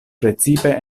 precipe